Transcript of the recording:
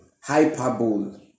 hyperbole